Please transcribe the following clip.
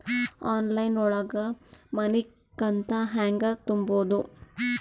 Online ಒಳಗ ಮನಿಕಂತ ಹ್ಯಾಂಗ ತುಂಬುದು?